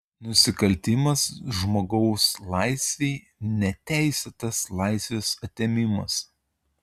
nusikaltimas žmogaus laisvei neteisėtas laisvės atėmimas